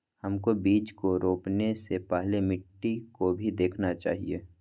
हमको बीज को रोपने से पहले मिट्टी को भी देखना चाहिए?